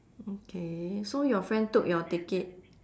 okay so your friend took your ticket